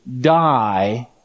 die